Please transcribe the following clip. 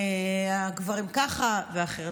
הגברים ככה ואחרת.